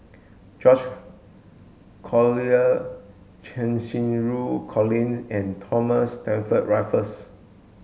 George Collyer Cheng Xinru Colin and Thomas Stamford Raffles